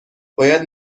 باید